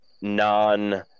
non